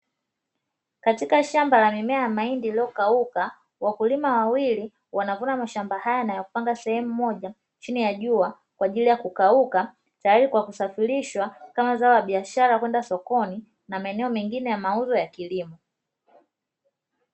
Katika shamba la mimea ya mahindi iliyokauka, wakulima wawili wanavuna mashamba hayo na kupanga sehemu moja chini ya jua kwa ajili ya kukauka, tayari kwa kusafirishwa kama zao la biashara kwenda sokoni na maeneo mengine ya mauzo ya kilimo.